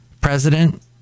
president